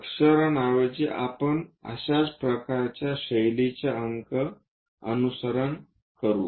अक्षरांऐवजी आपण अशाच प्रकारच्या शैलीचे अंक अनुसरण करू